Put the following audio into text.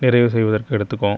நிறைவு செய்வதற்கு எடுத்துக்கும்